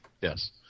Yes